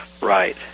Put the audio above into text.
Right